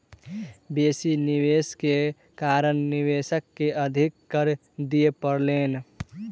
बेसी निवेश के कारण निवेशक के अधिक कर दिअ पड़लैन